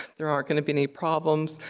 there aren't gonna be any problems.